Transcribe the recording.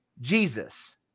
Jesus